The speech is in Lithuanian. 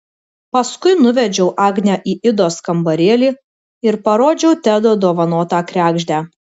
paskui nuvedžiau agnę į idos kambarėlį ir parodžiau tedo dovanotą kregždę